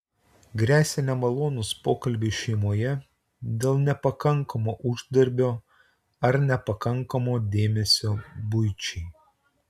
gresia nemalonūs pokalbiai šeimoje dėl nepakankamo uždarbio ar nepakankamo dėmesio buičiai